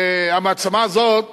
והמעצמה הזאת